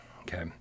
okay